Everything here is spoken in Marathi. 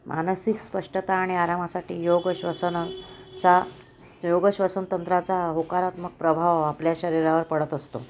मानसिक स्पष्टता आणि आरामासाठी योग श्वसनचा योग श्वसन तंत्राचा होकारात्मक प्रभाव आपल्या शरीरावर पडत असतो